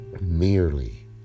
merely